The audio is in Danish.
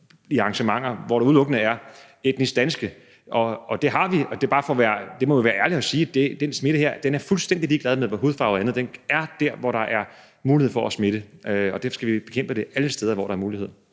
arrangementer, hvor der udelukkende er etnisk danske. Det har vi. Vi må være ærlige og sige, at den smitte her er fuldstændig ligeglad med hudfarve og andet. Den er der, hvor der er mulighed for at smitte, og det skal vi bekæmpe alle steder, hvor der er mulighed.